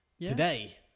today